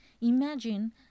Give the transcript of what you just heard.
imagine